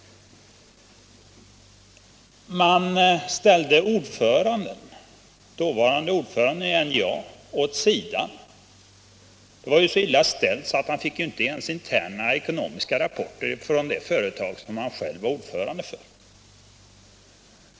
Man ställde den dåvarande ordföranden i NJA åt sidan. Det var ju så illa ställt att han inte ens fick interna ekonomiska rapporter från det företag i vilket han själv var ordförande.